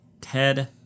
Ted